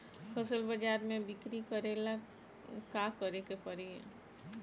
फसल बाजार मे बिक्री करेला का करेके परी?